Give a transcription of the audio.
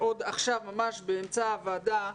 עכשיו ממש באמצע הוועדה,